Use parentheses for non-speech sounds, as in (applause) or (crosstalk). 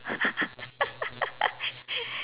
(laughs)